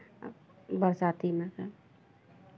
आ बरसातीमे तऽ